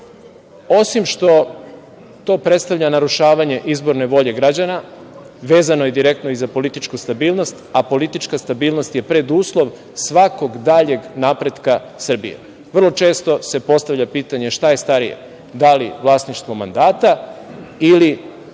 što to predstavlja narušavanje izborne volje građana vezano je direktno i za političku stabilnost, a politička stabilnost je preduslov svakog daljeg napretka Srbije. Vrlo često se postavlja pitanje šta je starije - da li vlasništvo mandata ili